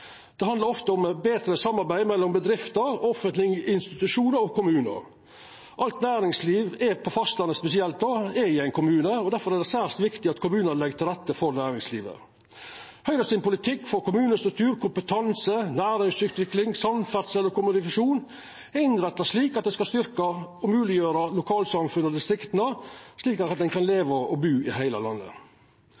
Det handlar ofte om betre samarbeid mellom bedrifter, offentlege institusjonar og kommunar. Alt næringsliv, spesielt på fastlandet, er i ein kommune, og difor er det særs viktig at kommunane legg til rette for næringslivet. Høgre sin politikk for kommunestruktur, kompetanse, næringsutvikling, samferdsel og kommunikasjon er innretta slik at han skal styrkja og myndiggjera lokalsamfunna og distrikta, slik at ein kan